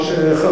אני